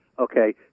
Okay